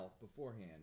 beforehand